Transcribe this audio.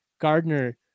Gardner